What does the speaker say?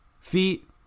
Feet